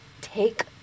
take